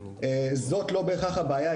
זאת לא בהכרח הבעיה.